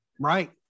right